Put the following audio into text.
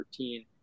13